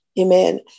amen